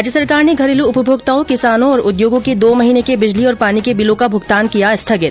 राज्य सरकार ने घरेलु उपभोक्ताओं किसानों और उद्योगों के दो महीने के बिजली और पानी के बिलों का भुगतान किया स्थगित